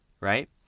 right